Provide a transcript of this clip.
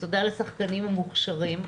ותודה לשחקנים המוכשרים.